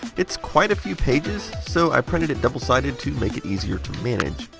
it's quite a few pages, so i printed it double sided to make it easier to manage.